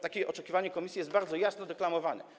Takie oczekiwanie komisji jest bardzo jasno deklamowane.